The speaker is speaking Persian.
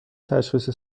تشخیص